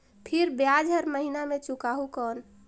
फिर ब्याज हर महीना मे चुकाहू कौन?